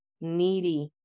needy